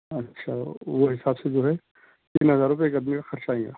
اچھا وہ حساب سے جو ہے تین ہزار روپیے ایک آدمی کا خرچ آئے گا